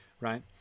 right